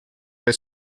her